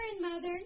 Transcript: Mother